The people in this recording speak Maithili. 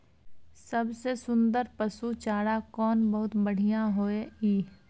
सबसे सुन्दर पसु चारा कोन बहुत बढियां होय इ?